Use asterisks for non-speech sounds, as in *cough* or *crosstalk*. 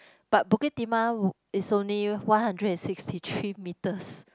but Bukit-Timah *noise* is only one hundred and sixty three metres